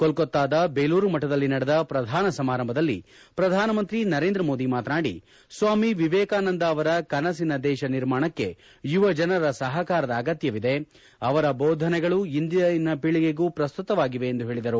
ಕೊಲ್ಳತಾದ ಬೇಲೂರು ಮಠದಲ್ಲಿ ನಡೆದ ಪ್ರಧಾನ ಸಮಾರಂಭದಲ್ಲಿ ಪ್ರಧಾನಮಂತ್ರಿ ಸರೇಂದ್ರ ಮೋದಿ ಮಾತನಾಡಿ ಸ್ವಾಮಿ ವಿವೇಕಾನಂದ ಅವರ ಕನಸಿನ ದೇಶ ನಿರ್ಮಾಣಕ್ಕೆ ಯುವಜನರ ಸಹಕಾರದ ಅಗತ್ಯವಿದೆ ಅವರ ಬೋಧನೆಗಳು ಇಂದಿನ ಪೀಳಗೆಗೂ ಪ್ರಸ್ತುತವಾಗಿವೆ ಎಂದು ಹೇಳದರು